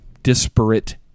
disparate